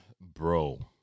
Bro